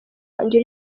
wanjye